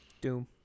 doom